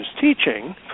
teaching